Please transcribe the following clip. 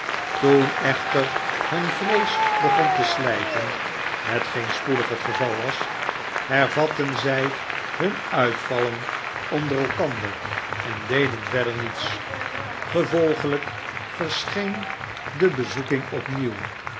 toen echter hun vrees begon te sly ten hetgeen spoedig het geval was hervatten zy hun uitvallen onder elkander en deden verder niets gevolgelyk verscheen de bezoeking